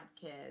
kids